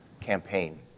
campaign